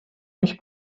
mich